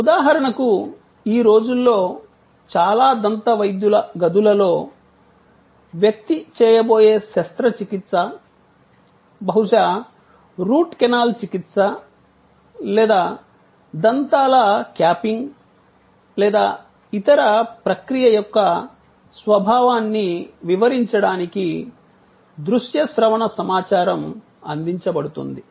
ఉదాహరణకు ఈ రోజుల్లో చాలా దంతవైద్యుల గదులలో వ్యక్తి చేయబోయే శస్త్రచికిత్స బహుశా రూట్ కెనాల్ చికిత్స లేదా దంతాల క్యాపింగ్ లేదా ఇతర ప్రక్రియ యొక్క స్వభావాన్ని వివరించడానికి దృశ్య శ్రవణ సమాచారం అందించబడుతుంది